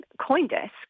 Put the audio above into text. Coindesk